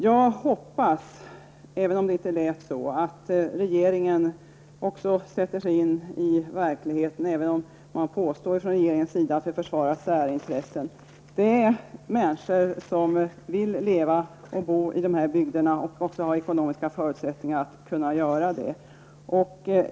Jag hoppas, även om det inte lät så, att regeringen också sätter sig in i verkligheten, även om regeringen påstår att centerpartiet försvarar särintressen. De människor som vill leva i dessa bygder måste också få ekonomiska förutsättningar att göra detta.